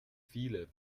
viele